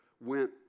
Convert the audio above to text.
went